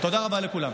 תודה רבה לכולם.